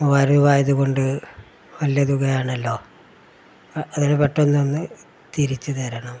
മൂവായിരം രൂപ ആയത് കൊണ്ട് വലിയ തുകയാണല്ലോ അത് പെട്ടെന്നൊന്ന് തിരിച്ച് തരണം